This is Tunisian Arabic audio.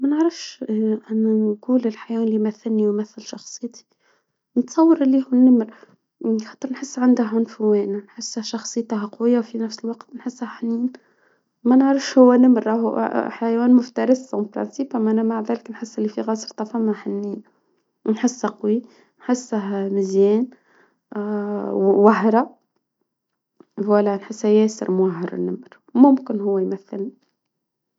ما نعرفش إنا نقول الحيوان اللي يمثلني ويمثل شخصيتي، نتصوراللي هز النمر، حتي نحس عنده عنفواني، نحس شخصيته قوية وفي نفس الوقت نحسه حنين. ما نعرفش هو نمر حيوان مفترس. طب ما انا ما قدرت احس ان فيه غاز في حنية. ونحسها قوي حسه مزيان، وهرة، ولا حسه ياسر مرة ممكن هو يمثل